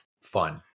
fun